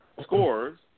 scores